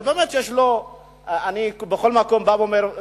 שבכל מקום אני בא ואומר,